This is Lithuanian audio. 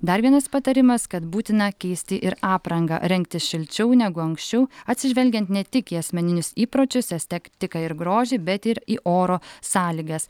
dar vienas patarimas kad būtina keisti ir aprangą rengtis šilčiau negu anksčiau atsižvelgiant ne tik į asmeninius įpročius estetiką ir grožį bet ir į oro sąlygas